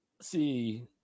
see